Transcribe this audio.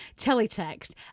teletext